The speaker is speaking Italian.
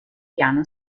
piano